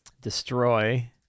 Destroy